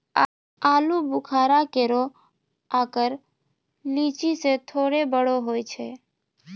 आलूबुखारा केरो आकर लीची सें थोरे बड़ो होय छै